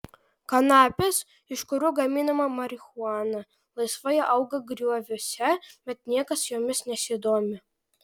kanapės iš kurių gaminama marihuana laisvai auga grioviuose bet niekas jomis nesidomi